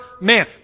man